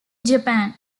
japan